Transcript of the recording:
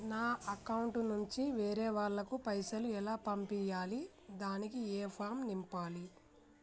నా అకౌంట్ నుంచి వేరే వాళ్ళకు పైసలు ఎలా పంపియ్యాలి దానికి ఏ ఫామ్ నింపాలి?